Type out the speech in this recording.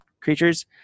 creatures